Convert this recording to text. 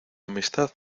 amistad